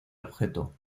objeto